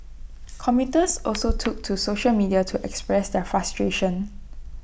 commuters also took to social media to express their frustration